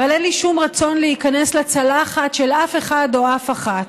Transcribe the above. אבל אין לי שום רצון להיכנס לצלחת של אף אחד או אף אחת,